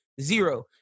zero